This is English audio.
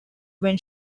when